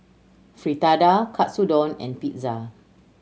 Fritada Katsudon and Pizza